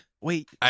Wait